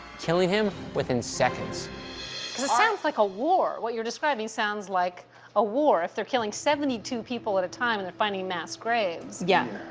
killing him within seconds. mckinley this sounds like a war. what you're describing sounds like a war. if they're killing seventy two people at a time, and they're finding mass graves. yeah.